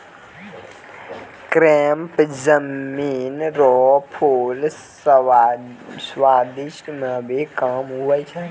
crepe jasmine रो फूल सजावटी मे भी काम हुवै छै